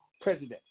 president